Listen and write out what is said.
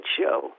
show